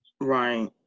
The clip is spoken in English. Right